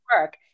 work